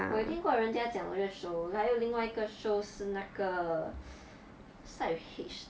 我有听过人家讲一个 show 还有另外一个 show 是那个 start with H